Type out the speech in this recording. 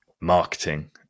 marketing